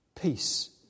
Peace